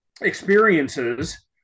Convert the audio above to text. experiences